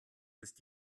bist